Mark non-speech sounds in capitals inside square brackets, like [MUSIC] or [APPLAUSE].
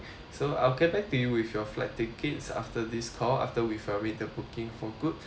so I'll get back to you with your flight tickets after this call after we the booking for good [BREATH]